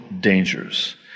dangers